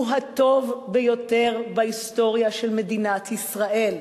הוא הטוב ביותר בהיסטוריה של מדינת ישראל.